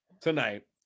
tonight